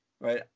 right